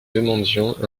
demandions